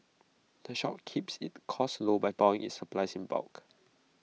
the shop keeps its costs low by buying its supplies in bulk